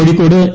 Kozhikode A